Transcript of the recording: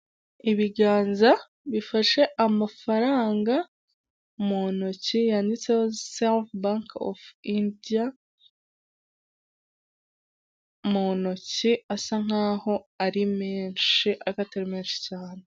Ni umuhanda uri aho abaturage batuye werekana ko hari icyapa kiri bukate iburyo muri metero mirongo ine uvuye aho icyapa giherereye ugomba kugenda gake kugirango ubone uko ukata nta nkomyi.